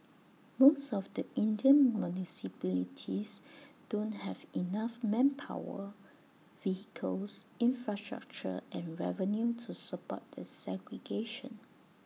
most of the Indian municipalities don't have enough manpower vehicles infrastructure and revenue to support the segregation